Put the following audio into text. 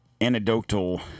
anecdotal